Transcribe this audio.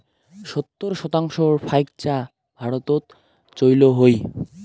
সত্তর শতাংশর ফাইক চা ভারতত চইল হই